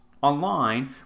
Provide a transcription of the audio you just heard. online